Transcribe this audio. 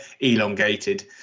elongated